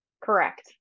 Correct